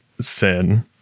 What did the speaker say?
sin